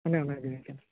ᱚᱱᱮ ᱚᱱᱟ ᱡᱤᱱᱤᱥ ᱠᱟᱱᱟ